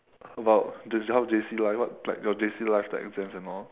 about the how J_C life what's like your J_C life like exams and all